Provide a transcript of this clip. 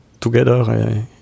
together